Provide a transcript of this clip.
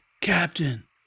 Captain